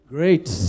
great